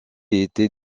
été